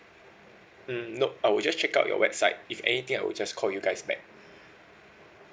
mm nop I will just check out your website if anything I will just call you guys back